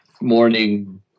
morning